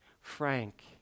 Frank